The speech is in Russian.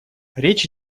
речь